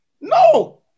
No